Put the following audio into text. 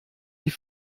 die